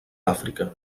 àfrica